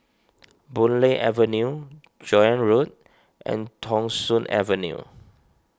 Boon Lay Avenue Joan Road and Thong Soon Avenue